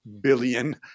billion